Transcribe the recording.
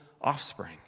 offspring